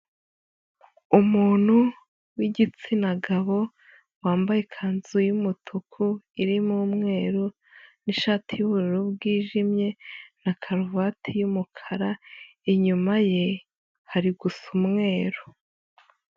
Umuntu w'igitsina gabo, wambaye ikanzu y'umutuku irimo umweruru, n'ishati y'ubururu bwijimye na karuvati y'umukara, inyuma ye hari gusa umweru.